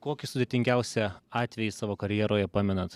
kokį sudėtingiausią atvejį savo karjeroje pamenat